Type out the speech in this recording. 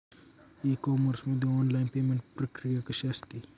E commerce मध्ये online payment प्रक्रिया कशी असते?